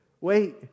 wait